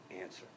answer